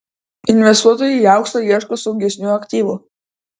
investuotojai į auksą ieško saugesnių aktyvų